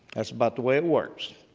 that's about the way it works.